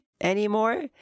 anymore